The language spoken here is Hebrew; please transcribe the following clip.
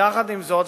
יחד עם זאת,